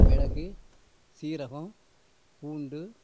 மிளகு சீரகம் பூண்டு